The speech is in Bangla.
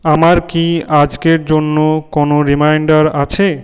আমার কি আজকের জন্য কোনো রিমাইন্ডার আছে